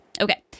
Okay